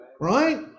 Right